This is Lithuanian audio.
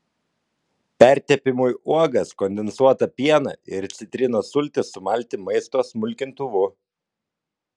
pertepimui uogas kondensuotą pieną ir citrinos sultis sumalti maisto smulkintuvu